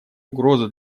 угрозу